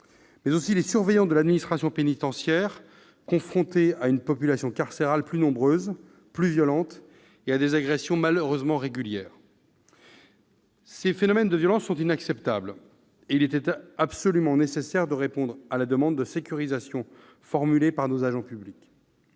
encadrement. Les surveillants de l'administration pénitentiaire, ensuite, qui sont confrontés à une population carcérale plus nombreuse et plus violente, et à des agressions malheureusement régulières. Ces phénomènes de violence sont inacceptables, et il était absolument nécessaire de répondre à la demande de sécurisation formulée par nos agents publics.